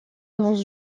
dans